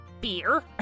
Beer